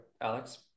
alex